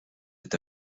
est